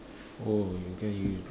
oh then you